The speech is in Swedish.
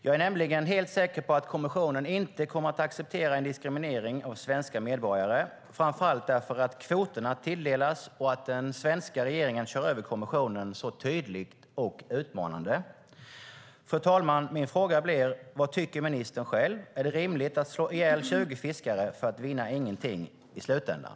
Jag är nämligen helt säker på att kommissionen inte kommer att acceptera en diskriminering av svenska medborgare framför allt för att kvoterna tilldelas och för att den svenska regeringen kör över kommissionen så tydligt och utmanande. Fru talman! Min fråga blir: Vad tycker ministern själv? Är det rimligt att slå ihjäl 20 fiskare för att i slutändan inte vinna någonting?